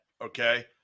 Okay